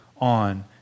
on